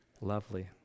Lovely